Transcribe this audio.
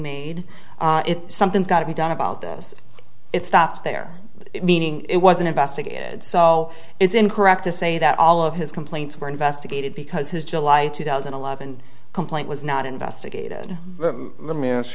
made if something's got to be done about this it stops there meaning it wasn't investigated so it's incorrect to say that all of his complaints were investigated because his july two thousand and eleven complaint was not investigated let me ask